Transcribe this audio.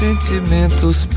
Sentimentos